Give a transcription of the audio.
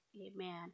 amen